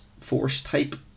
force-type